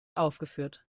aufgeführt